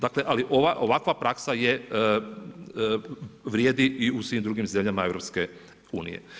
Dakle, ali ovakva praksa je vrijedi i u svim drugim zemljama EU.